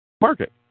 market